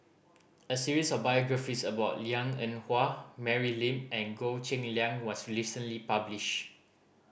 a series of biographies about Liang Eng Hwa Mary Lim and Goh Cheng Liang was recently published